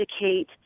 indicate